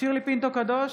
שירלי פינטו קדוש,